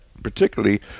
particularly